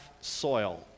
soil